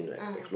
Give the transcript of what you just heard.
ah